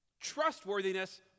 trustworthiness